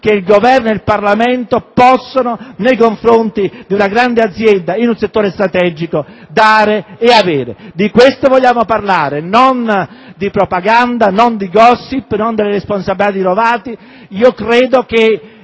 che il Governo e il Parlamento possono, nei confronti di una grande azienda di un settore strategico, fornire e ricevere. Di questo vogliamo parlare, non di propaganda, non di *gossip* e di responsabilità di Rovati.